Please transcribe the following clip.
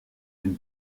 une